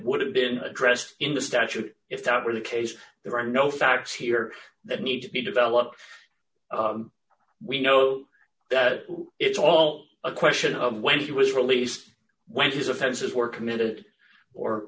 would have been addressed in the statute if that were the case there are no facts here that need to be developed we know it's all a question of when he was released when his offense is were committed or